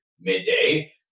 midday